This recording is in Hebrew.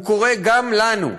הוא קורה גם לנו,